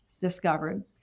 discovered